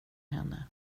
henne